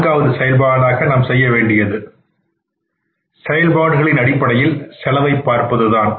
நான்காவது செயல்பாடாக நாம் செய்ய வேண்டியது செயல்பாடுகளின் அடிப்படையில் செலவை பார்ப்பதுதான்